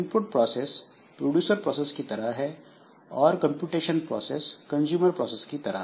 input process producer process की तरह है और कंप्यूटेशन प्रोसेस कंजूमर प्रोसेस की तरह